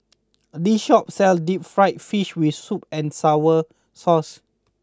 this shop sells Deep Fried Fish with Sweet and Sour Sauce